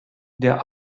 der